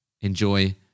enjoy